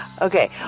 okay